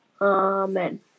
amen